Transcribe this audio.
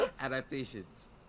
adaptations